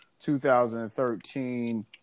2013